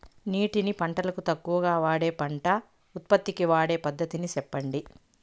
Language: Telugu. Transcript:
నీటిని పంటలకు తక్కువగా వాడే పంట ఉత్పత్తికి వాడే పద్ధతిని సెప్పండి?